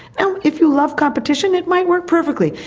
and if you love competition it might work perfectly.